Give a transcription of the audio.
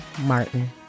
Martin